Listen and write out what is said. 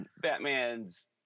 Batman's